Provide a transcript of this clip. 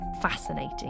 Fascinating